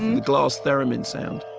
the glass theremin sound